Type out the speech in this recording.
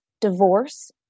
divorce